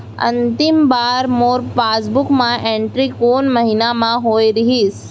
अंतिम बार मोर पासबुक मा एंट्री कोन महीना म होय रहिस?